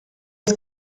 his